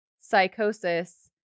psychosis